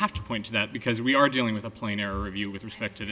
have to point to that because we are dealing with a plane or a view with respect to